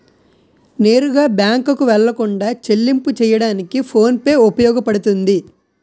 నేరుగా బ్యాంకుకు వెళ్లకుండా చెల్లింపు చెయ్యడానికి ఫోన్ పే ఉపయోగపడుతుంది